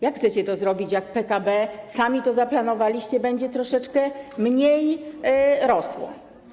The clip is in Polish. Jak chcecie to zrobić, jak PKB, sami to zaplanowaliście, będzie troszeczkę mniej rosło?